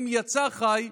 אם יצא חי,